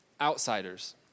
outsiders